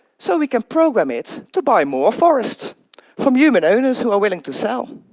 so we can program it to buy more forest from human owners who are willing to sell.